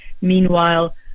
Meanwhile